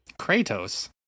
Kratos